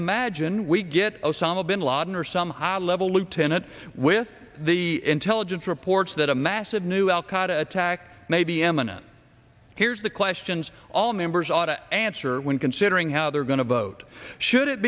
a magine we get osama bin laden or some high level lieutenant with the intelligence reports that a massive new al qaida attack may be eminent here's the questions all members ought to answer when considering how they're going to vote should it